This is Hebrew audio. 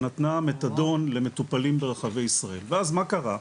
שנתנה מתדון למטופלים ברחבי ישראל ואז מה קרה?